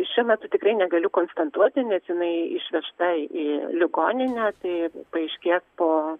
šiuo metu tikrai negaliu konstantuoti nes jinai išvežta į ligoninę tai paaiškės po